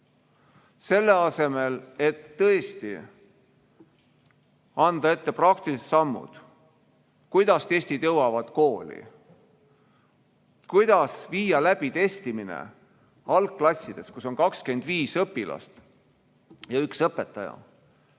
Nende asemel tuleks tõesti anda ette praktilised sammud, kuidas testid jõuavad kooli, kuidas viiakse läbi testimine algklassides, kus on 25 õpilast ja üks õpetaja,